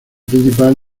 principal